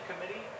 committee